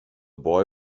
boy